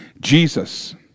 Jesus